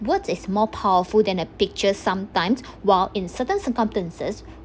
word is more powerful than a picture sometimes while in certain circumstances